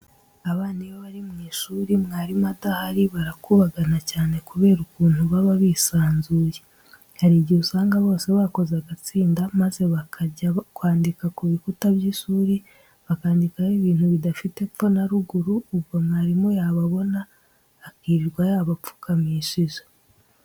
Abana iyo bari mu ishuri mwarimu adahari barakubagana cyane kubera ukuntu baba bisanzuye. Hari igihe usanga bose bakoze agatsinda maze bakajya kwandika ku bikuta by'ishuri, bakandikaho ibintu bidafite epfo na ruguru, ubwo mwarimu yababona akirirwa yabapfukamishije.